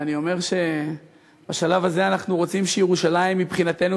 ואני אומר שבשלב הזה אנחנו רוצים שירושלים מבחינתנו